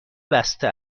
بسته